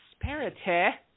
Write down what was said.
prosperity